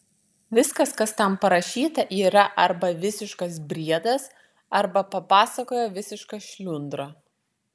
viskas kas ten parašyta yra arba visiškas briedas arba papasakojo visiška šliundra